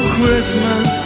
Christmas